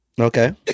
Okay